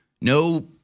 no